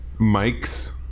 mics